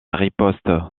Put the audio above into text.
riposte